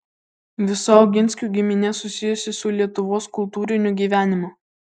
visa oginskių giminė susijusi su lietuvos kultūriniu gyvenimu